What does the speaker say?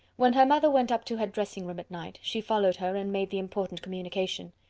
when her mother went up to her dressing-room at night, she followed her, and made the important communication.